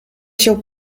się